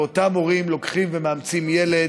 ואותם הורים לוקחים ומאמצים ילד,